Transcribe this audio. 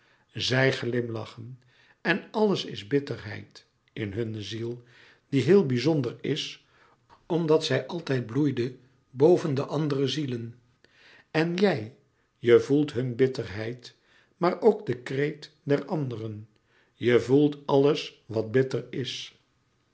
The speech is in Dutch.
zij glimlachen en alles is bitterheid in hunne ziel die heel bizonder is omdat zij altijd bloeide boven de andere zielen en jij je voelt hun bitterheid maar ook den kreet der anderen je voelt alles wat bitter is